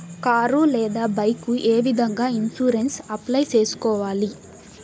car లేదా bike ఏ విధంగా ఇన్సూరెన్సు అప్లై సేసుకోవాలి